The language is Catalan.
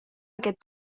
aquest